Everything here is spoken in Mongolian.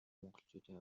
монголчуудын